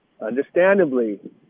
understandably